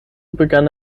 begann